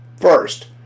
First